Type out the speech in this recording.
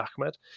Ahmed